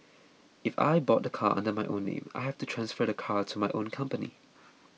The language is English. if I bought the car under my own name I have to transfer the car to my own company